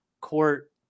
court